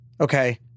okay